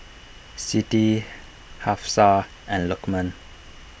Siti Hafsa and Lukman